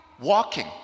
walking